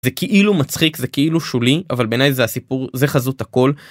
זה כאילו מצחיק זה כאילו שולי אבל בעיניי זה הסיפור זה חזות הכל.